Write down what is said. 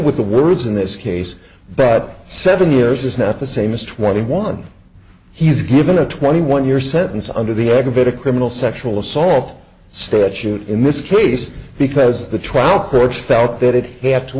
with the words in this case but seven years is not the same as twenty one he's given a twenty one year sentence under the aggregate a criminal sexual assault statute in this case because the trial court felt tha